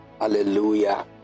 Hallelujah